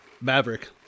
Maverick